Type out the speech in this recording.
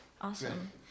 Awesome